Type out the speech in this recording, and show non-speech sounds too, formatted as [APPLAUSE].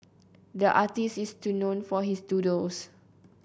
the artist is [UNINTELLIGIBLE] known for his doodles